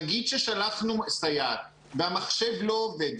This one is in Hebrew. נגיד ששלחנו סייעת והמחשב לא עובד.